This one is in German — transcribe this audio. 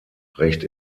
recht